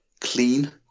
clean